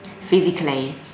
physically